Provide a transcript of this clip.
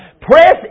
Press